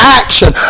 action